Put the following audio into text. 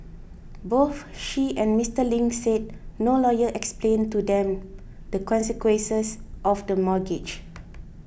both she and Mister Ling said no lawyer explained to them the consequences of the mortgage